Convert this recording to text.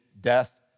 death